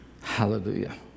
Hallelujah